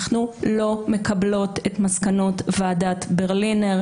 אנחנו לא מקבלות את מסקנות ועדת ברלינר.